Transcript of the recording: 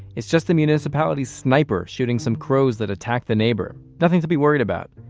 it's just the municipality's sniper shooting some crows that attacked the neighbor. nothing to be worried about.